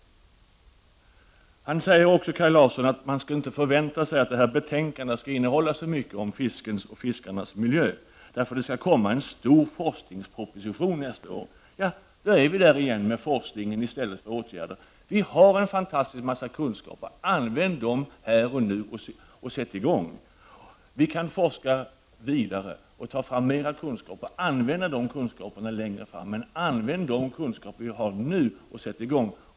Kaj Larsson säger också att man inte skall förvänta sig att detta betänkande skall innehålla så mycket om fiskens och fiskarnas miljö, för det skall komma en stor forskningsproposition nästa år. Då är vi där igen: forskning i stället för åtgärder. Vi har en fantastisk massa kunskaper, använd dem här och nu och sätt i gång! Vi kan forska vidare, ta fram mer kunskaper och använda de kunskaperna längre fram, men använd de kunskaper vi har nu för att sätta i gång.